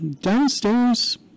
Downstairs